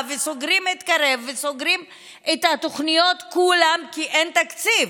וסוגרים את קרב וסוגרים את התוכניות כולן כי אין תקציב,